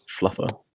Fluffer